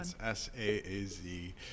S-A-A-Z